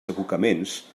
abocaments